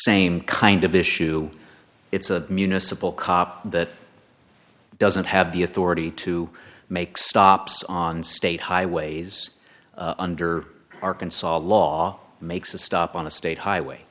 same kind of issue it's a municipal cop that doesn't have the authority to make stops on state highways under arkansas law makes a stop on a state highway